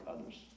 others